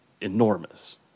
enormous